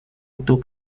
itu